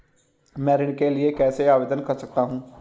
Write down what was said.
मैं ऋण के लिए कैसे आवेदन कर सकता हूं?